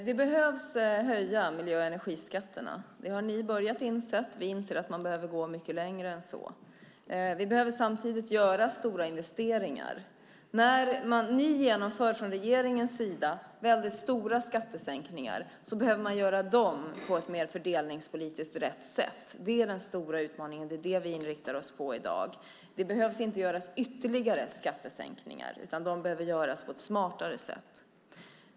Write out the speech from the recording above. Fru talman! Miljö och energiskatterna behöver höjas. Det har ni börjat inse. Vi inser att man behöver gå mycket längre än så. Vi behöver samtidigt göra stora investeringar. När ni från regeringens sida genomför väldigt stora skattesänkningar behöver de göras på ett mer fördelningspolitiskt riktigt sätt. Det är den stora utmaningen; det är det vi inriktar oss på i dag. Det behöver inte göras ytterligare skattesänkningar, utan de behöver göras på ett smartare sätt.